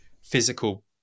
physical